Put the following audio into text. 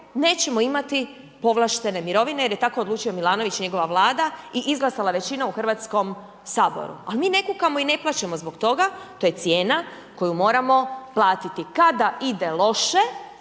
nećemo imati povlaštene mirovine jer je tako odlučio Milanović i njegova vlada i izglasala većina u Hrvatskom saboru, ali mi ne kukamo i ne plačemo zbog toga, to je cijena koju moramo platiti. Kada ide loše